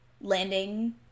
landing